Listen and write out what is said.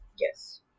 Yes